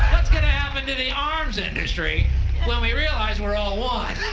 gonna happen to the arms industry when we realize we're all one?